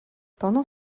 pendant